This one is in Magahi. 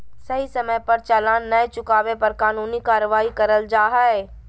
सही समय पर चालान नय चुकावे पर कानूनी कार्यवाही करल जा हय